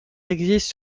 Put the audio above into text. existe